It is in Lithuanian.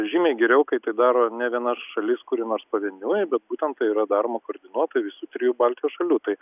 žymiai geriau kai tai daro ne viena šalis kuri nors pavieniui bet būtent tai yra daroma koordinuotai visų trijų baltijos šalių tai